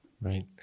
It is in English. Right